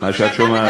מה שאת שומעת.